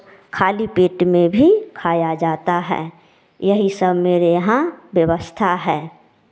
खाली पेट में भी खाया जाता है यही सब मेरे यहाँ व्यवस्था है